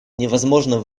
невозможно